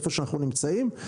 איפה שאנחנו נמצאים,